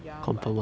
ya but